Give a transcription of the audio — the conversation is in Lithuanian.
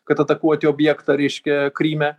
kad atakuoti objektą reiškia kryme